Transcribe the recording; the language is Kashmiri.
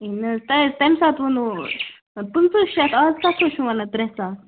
نہٕ حظ تۅہَے تَمہِ ساتہٕ ووٚنوٕ پٍنٛژٕہ شیٚتھ اَز کَتھ حظ چھُ ونان ترٛےٚ ساس